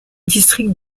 district